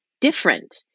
different